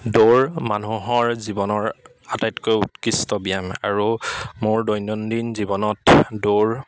দৌৰ মানুহৰ জীৱনৰ আটাইতকৈ উৎকৃষ্ট ব্যায়াম আৰু মোৰ দৈনন্দিন জীৱনত দৌৰ